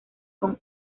con